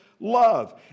love